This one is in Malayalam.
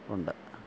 ഉണ്ട്